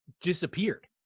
disappeared